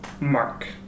Mark